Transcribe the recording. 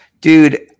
dude